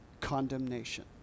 condemnation